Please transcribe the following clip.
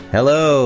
Hello